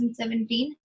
2017